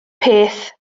peth